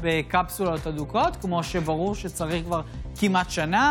אבל כמו שציינת בהצעה,